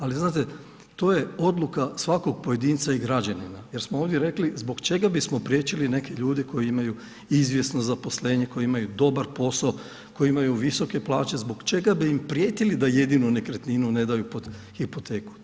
Ali znate to je odluka svakog pojedinca i građanina jer smo ovdje rekli zbog čega bismo priječili neke ljude koji imaju izvjesno zaposlenje, koje imaju dobar posao, koje imaju visoke plaće zbog čega bi im prijetili da jedinu nekretninu ne daju pod hipoteku.